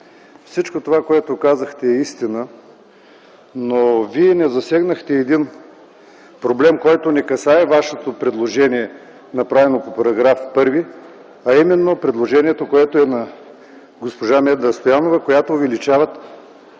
Всичко това, което казахте е истина, но Вие не засегнахте един проблем, който не касае Вашето предложение, направено по § 1, а именно предложението, което е на госпожа Менда Стоянова, с което увеличават